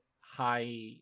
high